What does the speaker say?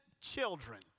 children